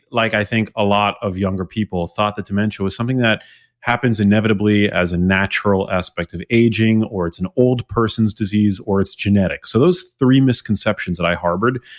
like i think a lot of younger people, thought that dementia was something that happens inevitably as a natural aspect of aging, or it's an old person's disease or its genetic. so those three misconceptions that i harbored,